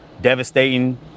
devastating